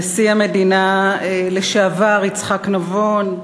נשיא המדינה לשעבר יצחק נבון,